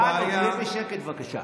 מספיק.